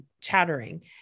chattering